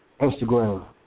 Instagram